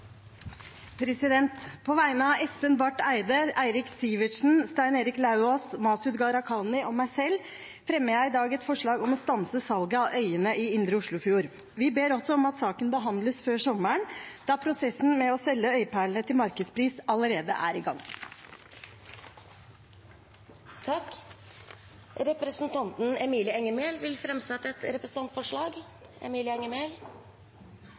På vegne av Espen Barth Eide, Eirik Sivertsen, Stein Erik Lauvås, Masud Gharahkhani og meg selv fremmer jeg et forslag om å stanse salget av øyene i indre Oslofjord. Vi ber også om at saken behandles før sommeren, da prosessen med å selge øyperlene til markedspris allerede er i gang. Representanten Emilie Enger Mehl vil framsette et representantforslag.